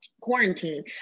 quarantine